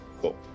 cool